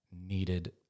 needed